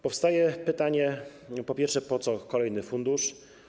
Powstają pytania: Po pierwsze, po co kolejny fundusz?